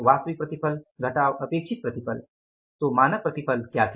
वास्तविक प्रतिफल घटाव अपेक्षित प्रतिफल तो मानक प्रतिफल क्या थी